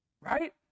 Right